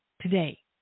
today